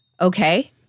okay